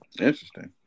Interesting